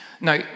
Now